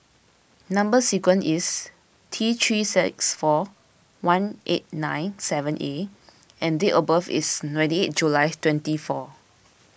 Number Sequence is T three six four one eight nine seven A and date of birth is ready July twenty four